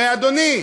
הרי, אדוני,